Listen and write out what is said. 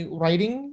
writing